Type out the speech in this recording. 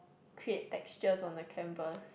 create textures on the canvas